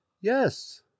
Yes